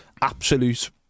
absolute